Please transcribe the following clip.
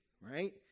right